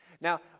Now